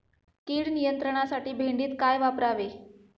कीड नियंत्रणासाठी भेंडीत काय वापरावे?